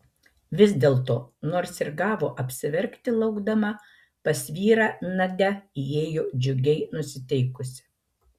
vis dėlto nors ir gavo apsiverkti laukdama pas vyrą nadia įėjo džiugiai nusiteikusi